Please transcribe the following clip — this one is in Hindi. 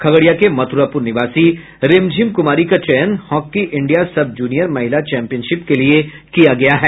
खगड़िया के मथुरापुर निवासी रिमझिम कुमारी का चयन हॉकी इंडिया सब जूनियर महिला चैंपियनशिप के लिये किया गया है